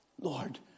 Lord